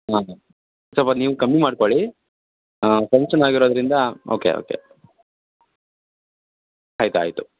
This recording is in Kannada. ಹಾಂ ಸ್ವಲ್ಪ ನೀವು ಕಮ್ಮಿ ಮಾಡಿಕೊಳ್ಳಿ ಫಂಕ್ಷನ್ ಆಗಿರೋದ್ರಿಂದ ಓಕೆ ಓಕೆ ಆಯಿತು ಆಯಿತು